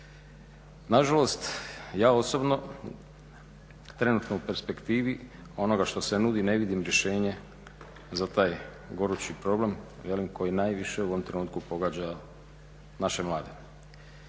Nažalost, ja osobno trenutno u perspektivi onoga što se nudi ne vidim rješenje za taj gorući problem koji najviše u ovom trenutku pogađa naše mlade.